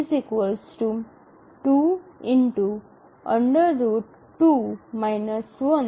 41 1 2 0